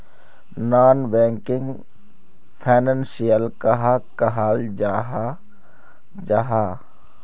Non banking financial कहाक कहाल जाहा जाहा?